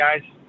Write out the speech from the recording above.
guys